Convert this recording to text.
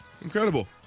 Incredible